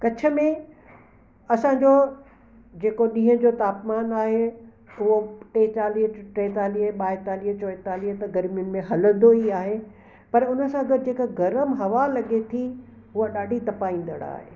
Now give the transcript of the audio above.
कच्छ में असांजो जे को ॾींहं जो तापमान आहे उहो टे चालीह टेतालीह बाएतालीह चोएतालीह ताईं गर्मियुनि में हलंदो ई आहे पर उनसां गॾ जे का गरम हवा लॻे थी हुआ ॾाढी तपाईंदड़ आहे